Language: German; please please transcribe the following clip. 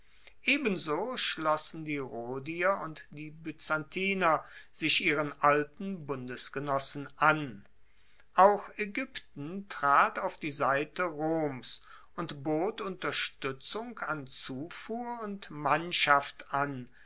ebenso schlossen die rhodier und die byzantier sich ihren alten bundesgenossen an auch aegypten trat auf die seite roms und bot unterstuetzung an zufuhr und mannschaft an